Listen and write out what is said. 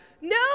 No